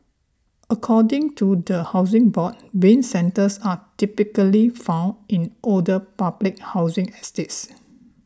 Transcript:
according to the Housing Board Bin centres are typically found in older public housing estates